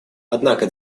однако